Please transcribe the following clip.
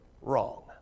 wrong